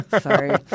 Sorry